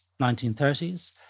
1930s